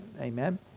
amen